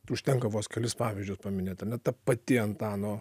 užtenka vos kelis pavyzdžius paminėt ane ta pati antano